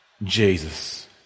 Jesus